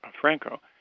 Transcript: Franco